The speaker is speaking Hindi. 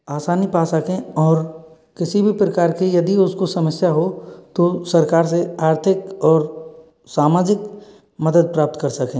आसानी पा सकें और किसी भी प्रकार की यदि उसको समस्या हो तो सरकार से आर्थिक और सामाजिक मदद प्राप्त कर सकें